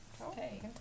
Okay